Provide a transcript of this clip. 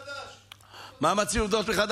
אני נשארתי לשמוע,